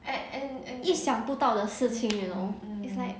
and and and 意想不到的事情 you know it's like